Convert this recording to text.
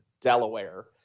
Delaware